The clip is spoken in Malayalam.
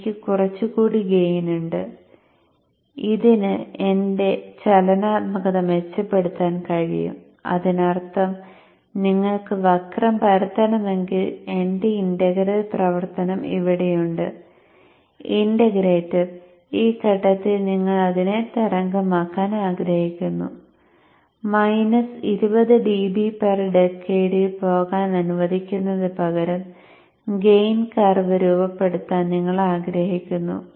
എനിക്ക് കുറച്ചുകൂടി ഗെയിൻ ഉണ്ട് ഇതിന് എന്റെ ചലനാത്മകത മെച്ചപ്പെടുത്താൻ കഴിയും അതിനർത്ഥം നിങ്ങൾക്ക് വക്രം പരത്തണമെങ്കിൽ എന്റെ ഇന്റഗ്രൽ പ്രവർത്തനം ഇവിടെയുണ്ട് ഇന്റഗ്രേറ്റർ ഈ ഘട്ടത്തിൽ നിങ്ങൾ അതിനെ തരംഗമാക്കാൻ ആഗ്രഹിക്കുന്നു മൈനസ് 20 dB പെർ ഡെകേടിൽ പോകാൻ അനുവദിക്കുന്നതിനുപകരം ഗെയിൻ കെർവ് രൂപപ്പെടുത്താൻ നിങ്ങൾ ആഗ്രഹിക്കുന്നു